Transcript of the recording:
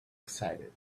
excited